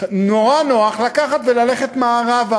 נורא נוח ללכת מערבה,